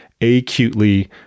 acutely